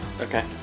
Okay